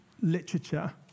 literature